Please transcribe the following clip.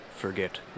Forget